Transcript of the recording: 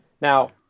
Now